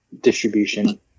distribution